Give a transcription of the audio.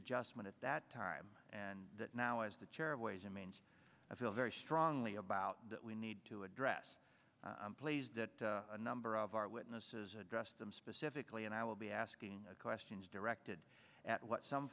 adjustment at that time and that now is the chair of ways and means i feel very strongly about that we need to address plays that a number of our witnesses address them specifically and i will be asking questions directed at what some